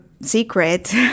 secret